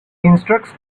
instructs